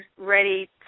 ready